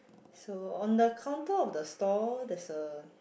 so on the counter of the stall there's a